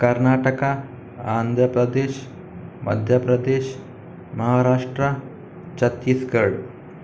Karnataka Andhra Pradesh Madhya Pradesh Maharashtra Chhattisgarh